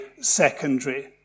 secondary